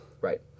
Right